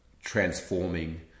transforming